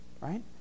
right